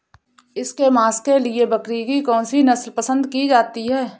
इसके मांस के लिए बकरी की कौन सी नस्ल पसंद की जाती है?